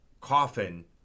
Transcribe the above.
coffin